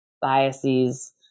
biases